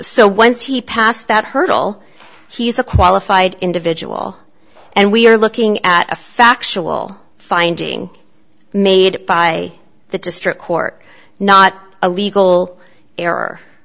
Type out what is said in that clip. so once he passed that hurdle he's a qualified individual and we're looking at a factual finding made by the district court not a legal